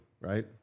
right